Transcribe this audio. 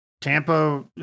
Tampa